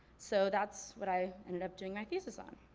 so that's what i ended up doing my thesis on.